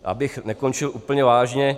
Abych nekončil úplně vážně.